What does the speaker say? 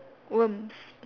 worms